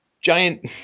giant